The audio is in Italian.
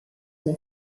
dei